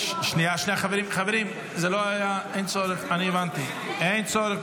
--- שנייה, חברים, אין צורך, הבנתי, אין צורך.